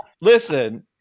Listen